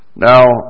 Now